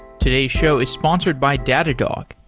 today's show is sponsored by datadog,